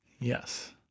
Yes